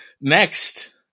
next